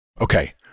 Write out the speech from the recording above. okay